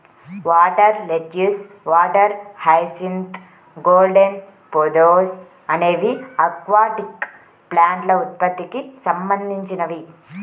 water lettuce, water hyacinth, golden pothos అనేవి aquatic ప్లాంట్ల ఉత్పత్తికి సంబంధించినవి